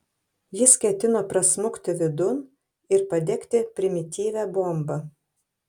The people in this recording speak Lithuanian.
jis ketino prasmukti vidun ir padegti primityvią bombą